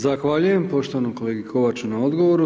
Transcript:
Zahvaljujem poštovanom kolegi Kovaču na odgovoru.